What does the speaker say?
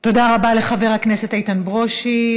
תודה רבה לחבר הכנסת איתן ברושי.